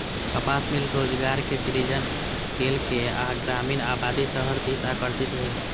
कपास मिल रोजगारक सृजन केलक आ ग्रामीण आबादी शहर दिस आकर्षित भेल